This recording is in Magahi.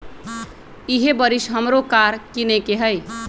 इहे बरिस हमरो कार किनए के हइ